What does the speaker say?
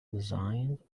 designed